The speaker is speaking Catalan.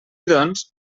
doncs